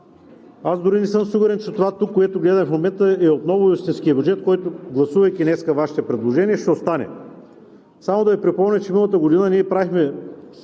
Аз дори не съм сигурен, че това тук, което гледаме в момента, е отново истинският бюджет, който, гласувайки днес Вашите предложения, ще остане. Само да Ви припомня, че миналата година ние правихме